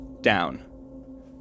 down